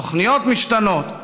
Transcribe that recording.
תוכניות משתנות,